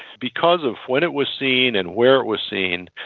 because of when it was seen and where it was seen,